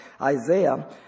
Isaiah